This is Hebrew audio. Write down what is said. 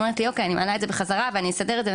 היא אומרת לי 'אוקי אני מעלה את זה בחזרה ואני אסדר את זה'.